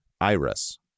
Iris